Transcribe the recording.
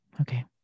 Okay